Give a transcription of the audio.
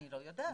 אני לא יודעת.